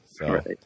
Right